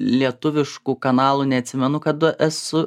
lietuviškų kanalų neatsimenu kada esu